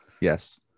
Yes